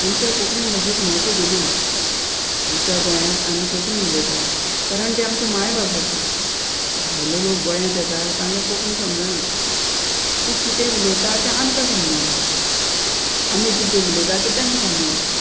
आमच्या कोंकणी भाशेक म्हत्व दिनात आमच्या गोंयांत आमी कोंकणी उलयता कारण ती आमची मायभास आसा भायलो लोक गोंयांत येता तांकां कोंकणी समजना ते कितें उलयता तें आमकां समजना आमी कितें उलयता तें तेंका समजना